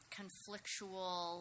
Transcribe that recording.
conflictual